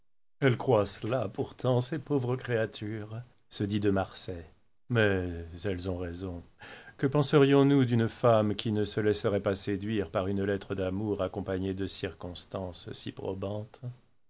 elles croient cela pourtant ces pauvres créatures se dit de marsay mais elles ont raison que penserions nous d'une femme qui ne se laisserait pas séduire par une lettre d'amour accompagnée de circonstances si